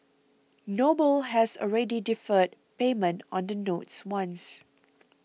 noble has already deferred payment on the notes once